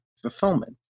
fulfillment